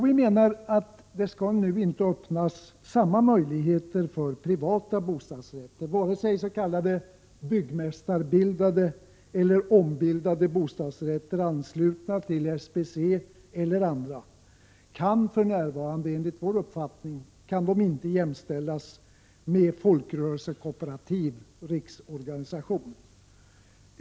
Vi menar att samma möjligheter nu inte skall öppnas för privata bostadsrättsföreningar, varken för s.k. byggmästarbildade eller ombildade bostadsrätter anslutna till SBC. Enligt vår uppfattning kan de för närvarande inte jämställas med folkrörelsekooperativ.